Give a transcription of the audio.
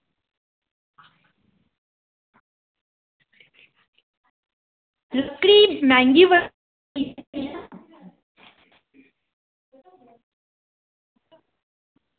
लकड़ी मैहंगी बड़ी ऐ